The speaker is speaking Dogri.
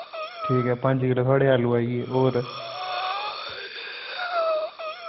ठीक ऐ पंज किल्लो थोआड़े आलू आइये और